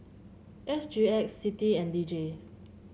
S G X CITI and D J